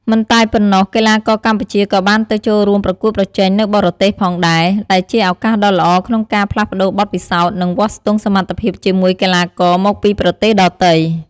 មិនតែប៉ុណ្ណោះ កីឡាករកម្ពុជាក៏បានទៅចូលរួមប្រកួតប្រជែងនៅបរទេសផងដែរ ដែលជាឱកាសដ៏ល្អក្នុងការផ្លាស់ប្ដូរបទពិសោធន៍ និងវាស់ស្ទង់សមត្ថភាពជាមួយកីឡាករមកពីប្រទេសដទៃ។